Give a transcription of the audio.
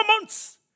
months